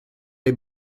les